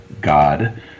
God